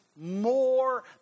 more